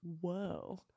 Whoa